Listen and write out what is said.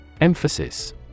Emphasis